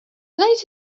late